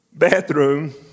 bathroom